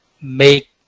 make